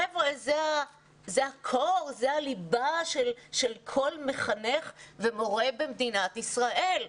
חבר'ה, זה הליבה של כל מחנך ומורה במדינת ישראל,